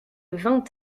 vingt